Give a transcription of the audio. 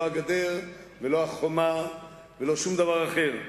לא הגדר ולא החומה ולא שום דבר אחר,